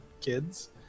kids